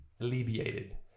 alleviated